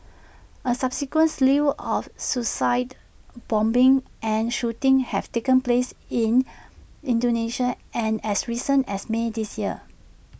A subsequent slew of suicide bombings and shootings have taken place in Indonesia and as recently as may this year